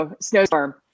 snowstorm